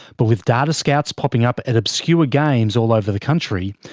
but with data scouts popping up at obscure games all over the country,